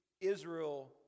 Israel